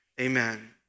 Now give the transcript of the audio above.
amen